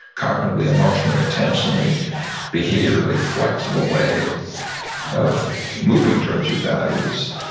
cognitively, emotionally, intentionally behaviorally, flexible way of moving towards your values,